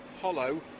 hollow